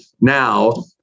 Now